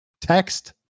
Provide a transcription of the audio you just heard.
text